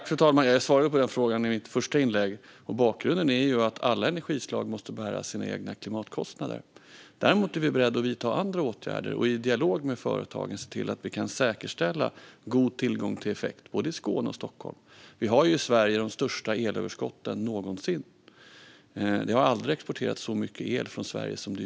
Fru talman! Jag svarade på frågan i mitt första inlägg. Bakgrunden är att alla energislag måste bära sina egna klimatkostnader. Däremot är regeringen beredd att vidta andra åtgärder och i dialog med företagen säkerställa god tillgång till effekt i både Skåne och Stockholm. I Sverige finns nu de största elöverskotten någonsin. Det har aldrig exporterats så mycket el från Sverige som nu.